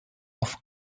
off